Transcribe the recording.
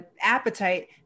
appetite